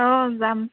অঁ যাম